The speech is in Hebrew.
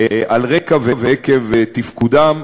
על רקע ועקב תפקודם,